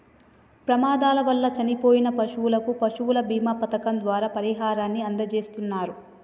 ప్రమాదాల వల్ల చనిపోయిన పశువులకు పశువుల బీమా పథకం ద్వారా పరిహారాన్ని అందజేస్తున్నరు